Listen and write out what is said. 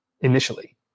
initially